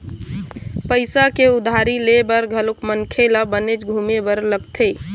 पइसा के उधारी ले बर घलोक मनखे ल बनेच घुमे बर लगथे